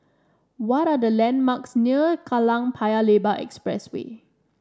what are the landmarks near Kallang Paya Lebar Expressway